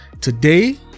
today